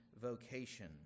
vocation